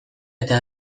eta